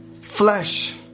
flesh